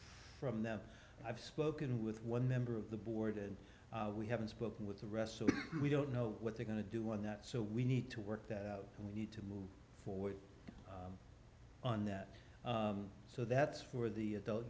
from them i've spoken with one member of the board and we haven't spoken with the rest so we don't know what they're going to do with that so we need to work that out and we need to move forward on that so that's for the adult